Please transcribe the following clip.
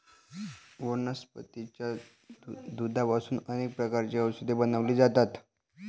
वनस्पतीच्या दुधापासून अनेक प्रकारची औषधे बनवली जातात